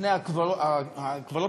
לפני הקברים הפתוחים,